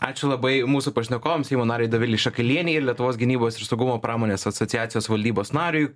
ačiū labai mūsų pašnekovams seimo narei dovilei šakalienei ir lietuvos gynybos ir saugumo pramonės asociacijos valdybos nariui